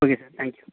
okay sir thank you